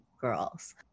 girls